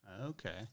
Okay